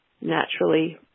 naturally